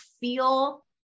feel